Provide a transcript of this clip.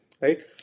right